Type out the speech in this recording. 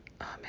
Amen